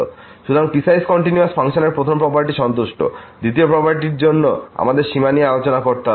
সুতরাংপিসওয়াইস continuous ফাংশনের প্রথম property সন্তুষ্ট দ্বিতীয় প্রপার্টির জন্য আমাদের সীমা নিয়ে আলোচনা করতে হবে